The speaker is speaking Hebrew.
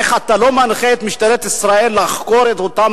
איך אתה לא מנחה את משטרת ישראל לחקור את אותם